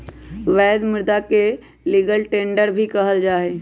वैध मुदा के लीगल टेंडर भी कहल जाहई